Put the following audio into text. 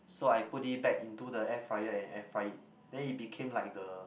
so I put it back into the air fryer and air fry it then it became like the